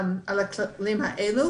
הכללים האלה.